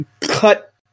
cut